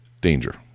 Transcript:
danger